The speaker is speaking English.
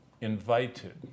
invited